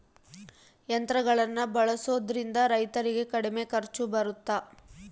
ಯಂತ್ರಗಳನ್ನ ಬಳಸೊದ್ರಿಂದ ರೈತರಿಗೆ ಕಡಿಮೆ ಖರ್ಚು ಬರುತ್ತಾ?